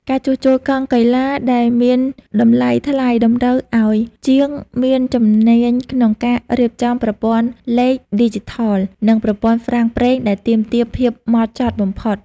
ការជួសជុលកង់កីឡាដែលមានតម្លៃថ្លៃ តម្រូវឱ្យជាងមានជំនាញក្នុងការរៀបចំប្រព័ន្ធលេខឌីជីថល និងប្រព័ន្ធហ្វ្រាំងប្រេងដែលទាមទារភាពហ្មត់ចត់បំផុត។